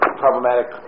problematic